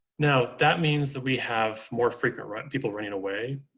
now, that means that we have more frequent run people running away,